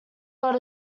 got